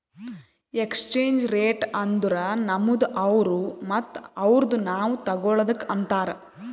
exchange rate ಅಂದುರ್ ನಮ್ದು ಅವ್ರು ಮತ್ತ ಅವ್ರುದು ನಾವ್ ತಗೊಳದುಕ್ ಅಂತಾರ್